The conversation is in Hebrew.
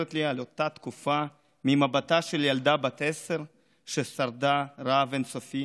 מספרת לי על אותה תקופה ממבטה של ילדה בת עשר ששרדה רעב אין-סופי